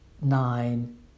nine